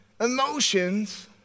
emotions